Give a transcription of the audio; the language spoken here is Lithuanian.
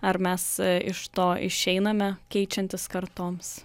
ar mes iš to išeiname keičiantis kartoms